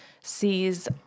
sees